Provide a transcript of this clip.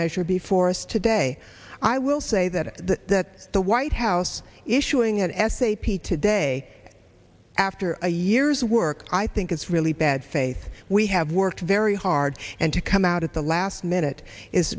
measure before us today i will say that the that the white house issuing s a p today a year's work i think is really bad faith we have worked very hard and to come out at the last minute is